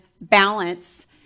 balance